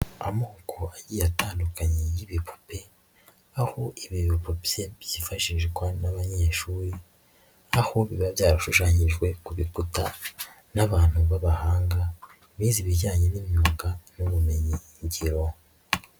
Amoko agiye atandukanye y'ibipupe, aho ibiro bipupye byifashishwa n'abanyeshuri, aho biba byarashushanyijwe ku bikuta n'abantu b'abahanga bize ibijyanye n'imyuga n'ubumenyi ngiro.